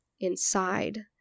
inside